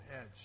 edge